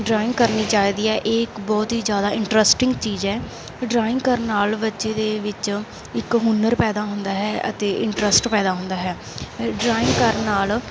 drawing ਕਰਨੀ ਚਾਹੀਦੀ ਹੈ ਇਹ ਇੱਕ ਬਹੁਤ ਹੀ ਜ਼ਿਆਦਾ ਇੰਟਰਸਟਿੰਗ ਚੀਜ਼ ਹੈ ਡਰਾਇੰਗ ਕਰਨ ਨਾਲ ਬੱਚੇ ਦੇ ਵਿੱਚ ਇੱਕ ਹੁਨਰ ਪੈਦਾ ਹੁੰਦਾ ਹੈ ਅਤੇ ਇੰਟਰਸਟ ਪੈਦਾ ਹੁੰਦਾ ਹੈ ਡਰਾਇੰਗ ਕਰਨ ਨਾਲ